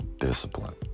discipline